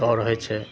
दौड़ होइ छै